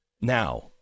now